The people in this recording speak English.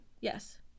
yes